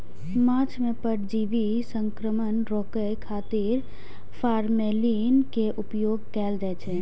माछ मे परजीवी संक्रमण रोकै खातिर फॉर्मेलिन के उपयोग कैल जाइ छै